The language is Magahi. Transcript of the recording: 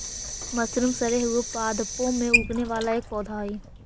मशरूम सड़े हुए पादपों में उगने वाला एक पौधा हई